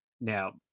Now